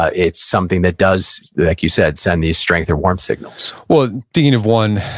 ah it's something that does, like you said, send the strength of warm signals well, do you know of one,